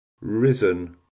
risen